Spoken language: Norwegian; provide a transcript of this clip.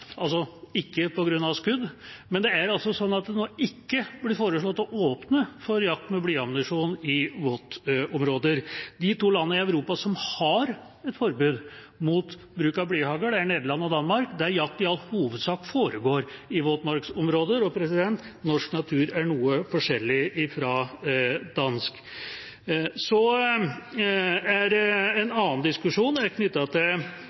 ikke på grunn av skudd. Men det er sånn at det nå ikke blir foreslått å åpne for jakt med blyammunisjon i våtmarksområder. De to landene i Europa som har et forbud mot bruk av blyhagl, er Nederland og Danmark, der jakt i all hovedsak foregår i våtmarksområder. Norsk natur er noe forskjellig fra dansk. En annen diskusjon er knyttet til helseperspektivet, som en